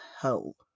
hell